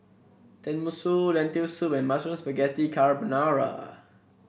Tenmusu Lentil Soup and Mushroom Spaghetti Carbonara